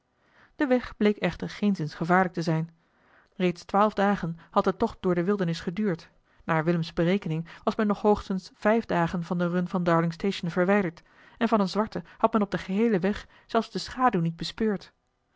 de weg bleek echter geenszins gevaarlijk te zijn reeds twaalf dagen had de tocht door de wildernis geduurd naar willems berekening was men nog hoogstens vijf dagen van de run van darling station verwijderd en van een zwarte had men op den geheelen weg zelfs de schaduw niet bespeurd